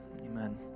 Amen